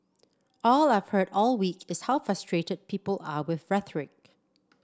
all I've heard all week is how frustrated people are with rhetoric